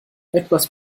etwas